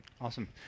Awesome